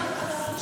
תודה.